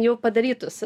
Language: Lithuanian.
jau padarytus